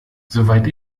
soweit